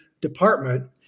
department